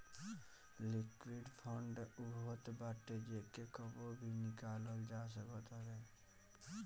liquid fund उ होत बाटे जेके कबो भी निकालल जा सकत हवे